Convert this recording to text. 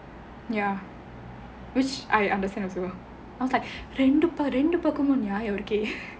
ya which I understand also I was like ரெண்டு பக்கமும் நியாயம் இருக்கே:rendu pakkamum niyayam irukkae